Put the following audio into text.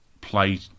play